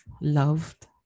loved